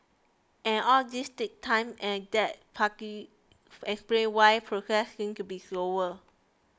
and all this takes time and that partly explains why progress seems to be slower